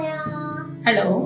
Hello